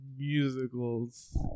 musicals